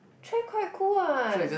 trek quite cool what